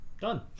done